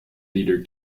leader